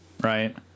right